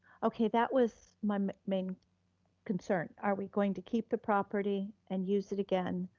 okay, that was my main concern. are we going to keep the property and use it again.